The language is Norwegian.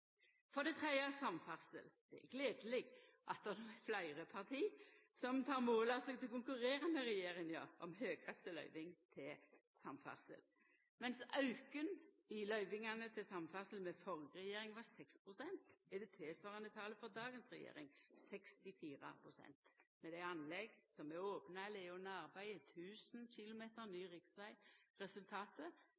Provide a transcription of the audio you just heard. For det tredje: samferdsel. Det er gledeleg at det no er fleire parti som tek mål av seg til å konkurrera med regjeringa om høgaste løyving til samferdsel. Medan auken i løyvingane til samferdsel med førre regjering var 6 pst., er det tilsvarande talet for dagens regjering 64 pst. Med dei anlegga som er opna eller under arbeid, er 1 000 km ny